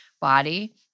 body